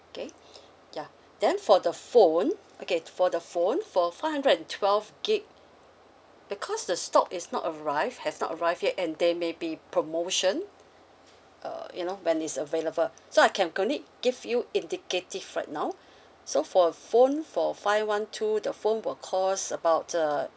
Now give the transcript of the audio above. okay ya then for the phone okay for the phone for five hundred and twelve gig because the stock is not arrive has not arrived yet and there may be promotion uh you know when is available so I can could only give you indicative right now so for a phone for five one two the phone will cost about uh